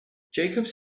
jacobs